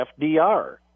FDR